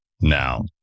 now